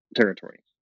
territory